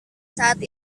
saat